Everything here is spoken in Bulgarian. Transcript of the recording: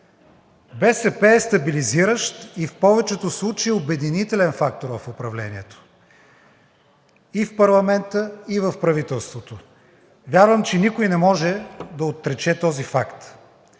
БСП е стабилизиращ и в повечето случаи обединителен фактор в управлението – и в парламента, и в правителството. Вярвам, че никой не може да отрече този факт.